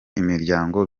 imiryango